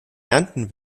ernten